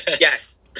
Yes